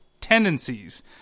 tendencies